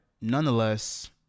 nonetheless